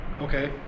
Okay